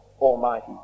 Almighty